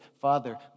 Father